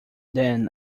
then